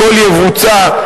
הכול יבוצע,